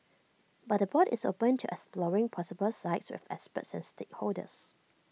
but the board is open to exploring possible sites with experts and stakeholders